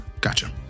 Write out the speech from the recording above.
Gotcha